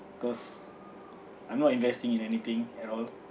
cause I'm not investing in anything at all